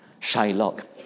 Shylock